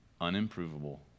unimprovable